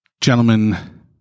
gentlemen